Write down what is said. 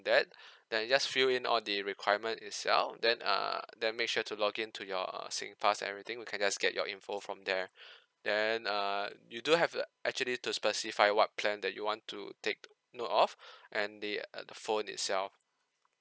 that then you just fill in all the requirement itself then uh then make sure to login to your singpass and everything we can just get your info from there then uh you do have uh actually to specify what plan that you want to take note of and the err the phone itself